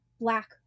black